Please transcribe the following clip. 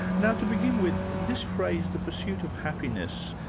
now to begin with, this phrase, the pursuit of happiness,